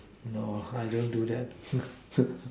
no I don't do that